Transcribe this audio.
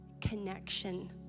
connection